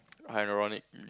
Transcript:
ironically